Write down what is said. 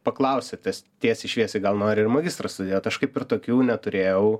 paklausė tes tiesiai šviesiai gal nori ir magistrą studijuot aš kaip ir tokių neturėjau